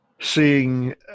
seeing